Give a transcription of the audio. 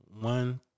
one